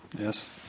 Yes